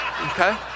okay